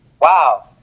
Wow